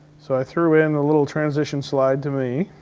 so i threw in a little transition slide to me.